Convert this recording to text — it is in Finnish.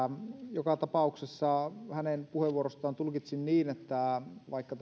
joka tapauksessa hänen puheenvuorostaan tulkitsin niin että vaikka